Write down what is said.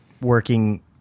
working